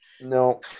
no